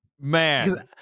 man